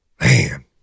Man